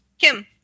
Kim